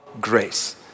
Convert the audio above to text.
grace